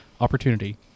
Opportunity